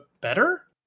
better